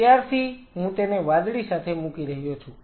ત્યારથી હું તેને વાદળી સાથે મુકી રહ્યો છું